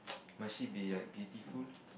might she be like beautiful